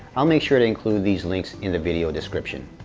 i'll make sure to include these links in the video description.